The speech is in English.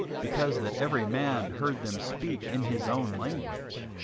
because that every man heard them speak in his own language.